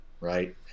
right